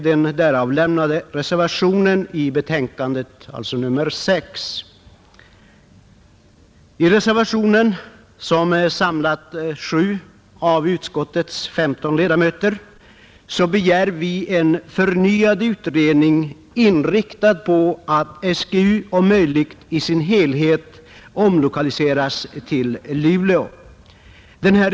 Den reservation som avgivits i anslutning till motionen — nr 6 — har samlat sju av utskottets femton ledamöter. Vi begär i reservationen en förnyad utredning, inriktad på att SGU om möjligt i sin helhet omlokaliseras till Luleå.